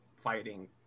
fighting